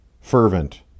fervent